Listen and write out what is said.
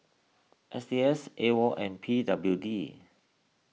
S T S A O and P W D